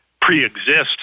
pre-exist